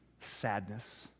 sadness